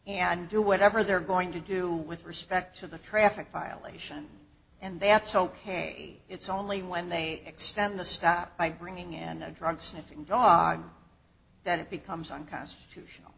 and do whatever they're going to do with respect to the traffic violation and that's ok it's only when they extend the stop by bringing in a drug sniffing dog then it becomes on constitution